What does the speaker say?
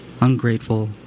Ungrateful